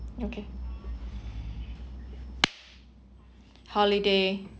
okay holiday